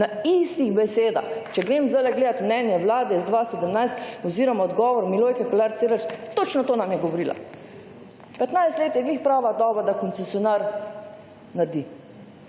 na istih besedah. Če grem zdajle gledati mnenje vlade iz 2017 oziroma odgovor Milojke Kolar Celarc, točno to nam je govorila, 15 let je ravno prava doba, da koncesionar naredi.